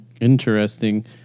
Interesting